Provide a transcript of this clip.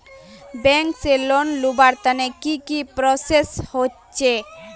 Bank से loan लुबार तने की की प्रोसेस होचे?